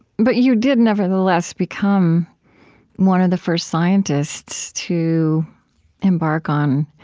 but you did, nevertheless, become one of the first scientists to embark on